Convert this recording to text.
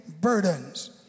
burdens